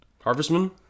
Harvestman